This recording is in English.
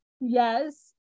Yes